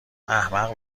احمق